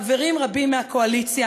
חברים רבים מהקואליציה,